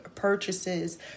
purchases